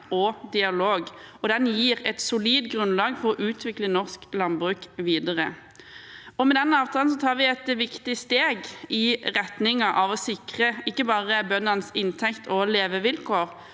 og dialog, og det gir et solid grunnlag for å utvikle norsk landbruk videre. Med denne avtalen tar vi et viktig steg i retning av å sikre ikke bare bøndenes inntekt og levevilkår,